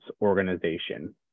organization